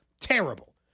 Terrible